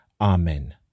Amen